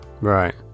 Right